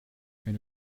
wenn